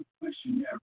questionnaire